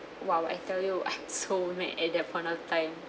!wow! I tell you I'm so mad at that point of time